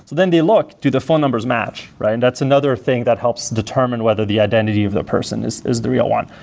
then they look, do the phone numbers match? and that's another thing that helps determine whether the identity of the person is is the real one.